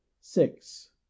six